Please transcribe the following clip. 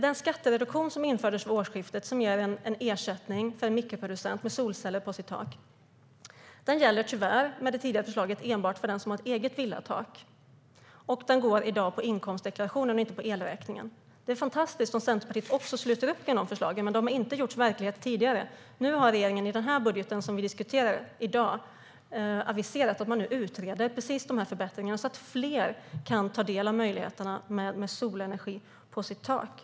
Den skattereduktion som infördes vid årsskiftet och som ger en ersättning för en mikroproducent med solceller på sitt tak gäller med det tidigare förslaget tyvärr enbart för den som har ett eget villatak. Den går i dag på inkomstdeklarationen och inte på elräkningen. Det är fantastiskt om också Centerpartiet sluter upp kring dessa förslag, men det har det inte gjorts verklighet av tidigare. Regeringen har i den budget som vi diskuterar i dag aviserat att man nu utreder precis de här förbättringarna så att fler kan ta del av möjligheterna med solenergi på sitt tak.